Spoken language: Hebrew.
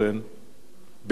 בית-אורן, הקיבוץ.